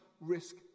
risk